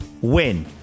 win